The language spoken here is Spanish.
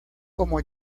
como